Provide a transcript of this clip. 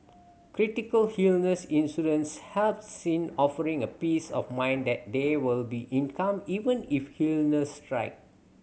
critical illness insurance helps in offering a peace of mind that there will be income even if illness strike